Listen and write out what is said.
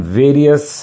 various